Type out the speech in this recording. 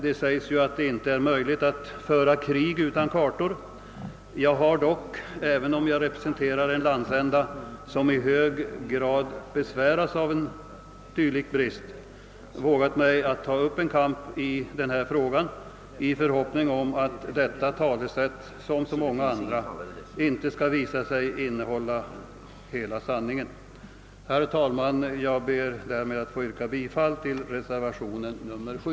Det sägs att det inte är möjligt att föra krig utan kartor, men trots att jag representerar en landsända som i hög grad besväras av en dylik brist har jag vågat ta upp en kamp i denna fråga i förhoppningen att detta talesätt, som så många andra, skall visa sig inte innehålla hela sanningen. Herr talman! Jag ber härmed att få yrka bifall till reservationen 7.